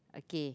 okay